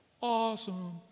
Awesome